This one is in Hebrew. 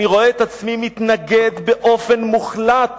אני רואה את עצמי מתנגד באופן מוחלט